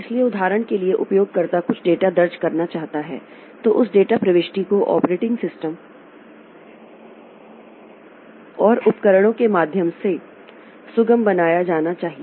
इसलिए उदाहरण के लिए उपयोगकर्ता कुछ डेटा दर्ज करना चाहता है तो उस डेटा प्रविष्टि को ऑपरेटिंग सिस्टम और उपकरणों के माध्यम से सुगम बनाया जाना चाहिए